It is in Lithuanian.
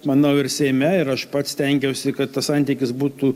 manau ir seime ir aš pats stengiausi kad tas santykis būtų